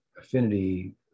affinity